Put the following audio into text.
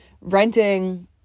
renting